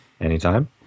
anytime